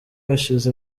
hashize